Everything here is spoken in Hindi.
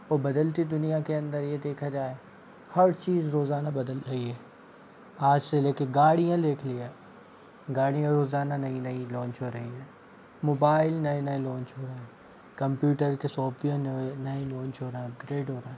तो बदलती दुनिया के अंदर ये देखा जाए हर चीज़ रोज़ाना बदल रही है आज से लेकर गाड़ियाँ देख ली है गाड़ियाँ रोज़ाना नई नई लांच हो रही हैं मोबाइल नए नए लांच हो रहे कंप्यूटर के सॉफ्टवेयर नए नए लांच हो रहे अपग्रेड हो रहे